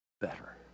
better